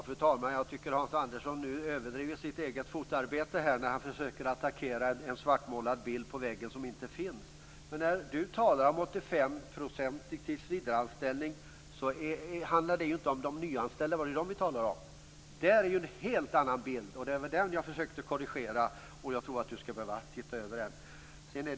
Fru talman! Jag tycker att Hans Andersson nu överdriver sitt eget fotarbete när han försöker attackera en svartmålad bild på väggen som inte finns. När Hans Andersson talar om 85 % med tillsvidareanställning handlar det inte om de nyanställda - det var ju dem vi talade om. Där är det en helt annan bild och det är den som jag försökte korrigera och som jag tror att Hans Andersson skulle behöva se över.